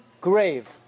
grave